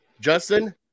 Justin